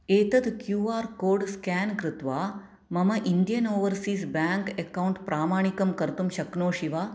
एतत् Q R code scan कृत्वा मम इण्डियन् ओवर्सीस् बेङ्क् अकौण्ट् प्रामाणिकं कर्तुं शक्नोषि वा